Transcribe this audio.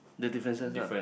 the differences ah